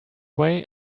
way